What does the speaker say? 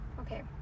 Okay